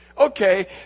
Okay